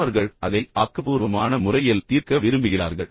மற்றவர்கள் அதை ஆக்கபூர்வமான முறையில் தீர்க்க விரும்புகிறார்கள்